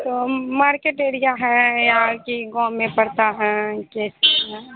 तो market area है या की कौम में पड़ता है जैसे